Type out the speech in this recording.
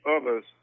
others